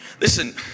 listen